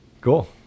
Cool